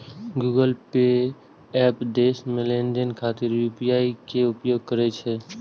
Google Pay app देश मे लेनदेन खातिर यू.पी.आई के उपयोग करै छै